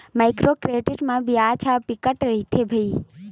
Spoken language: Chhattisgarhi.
माइक्रो क्रेडिट म बियाज ह बिकट रहिथे भई